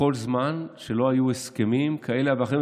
כל עוד לא היו הסכמים כאלה ואחרים,